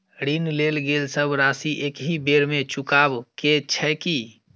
ऋण लेल गेल सब राशि एकहि बेर मे चुकाबऽ केँ छै की?